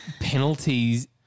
penalties